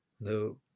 No